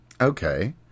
Okay